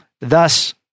thus